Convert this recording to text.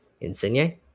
Insigne